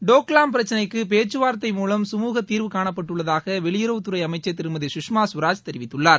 டோக்லாம் பிரச்சினைக்கு பேச்சுவார்த்தை மூலம் கமூக தீர்வு காணப்பட்டுள்ளதாக வெளியவுறவுத் துறை அமைச்சர் திருமதி சுஷ்மா சுவராஜ் தெரிவித்துள்ளார்